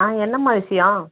ஆ என்னம்மா விஷயம்